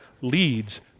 leads